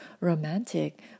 romantic